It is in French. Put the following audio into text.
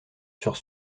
sur